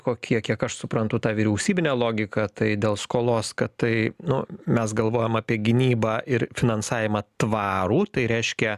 kokie kiek aš suprantu tą vyriausybinę logiką tai dėl skolos kad tai nu mes galvojom apie gynybą ir finansavimą tvarų tai reiškia